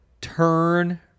turn